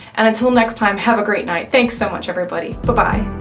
and until next time, have a great night, thanks so much everybody. bye-bye.